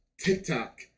TikTok